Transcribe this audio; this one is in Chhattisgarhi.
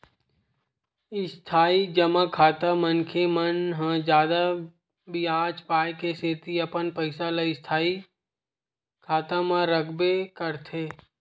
इस्थाई जमा खाता मनखे मन ह जादा बियाज पाय के सेती अपन पइसा ल स्थायी खाता म रखबे करथे